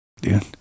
dude